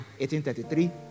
1833